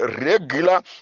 regular